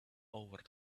over